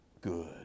good